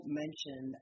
mention